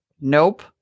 Nope